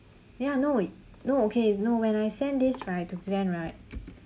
ya no no okay no when I send this right to glenn right